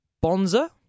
Bonza